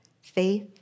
Faith